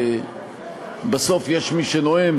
שבסוף יש מי שנואם,